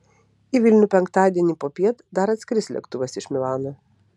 į vilnių penktadienį popiet dar atskris lėktuvas iš milano